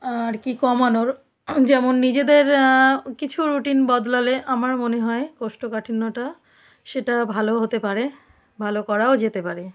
আর কি কমানোর যেমন নিজেদের কিছু রুটিন বদলালে আমার মনে হয় কোষ্ঠকাঠিন্যটা সেটা ভালোও হতে পারে ভালো করাও যেতে পারে